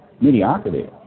mediocrity